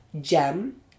Gem